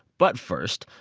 but first,